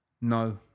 No